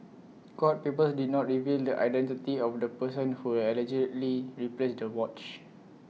court papers did not reveal the identity of the person who allegedly replaced the watch